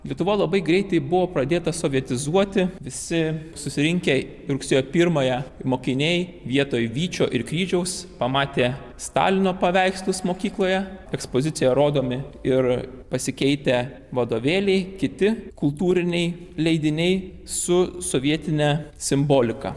lietuva labai greitai buvo pradėta sovietizuoti visi susirinkę rugsėjo pirmąją mokiniai vietoj vyčio ir kryžiaus pamatę stalino paveikslus mokykloje ekspozicijoje rodomi ir pasikeitę vadovėliai kiti kultūriniai leidiniai su sovietine simbolika